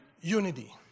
unity